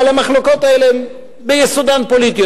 אבל המחלוקות האלה הן ביסודן פוליטיות,